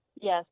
Yes